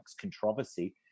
controversy